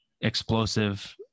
explosive